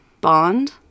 bond